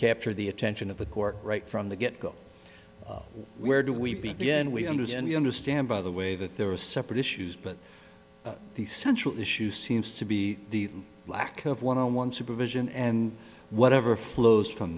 capture the attention of the court right from the get go where do we begin we understand you understand by the way that there was separate issues but the central issue seems to be the lack of one on one supervision and whatever flows from